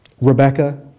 rebecca